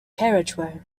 carriageway